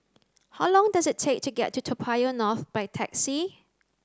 how long does it take to get to Toa Payoh North by taxi